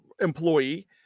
employee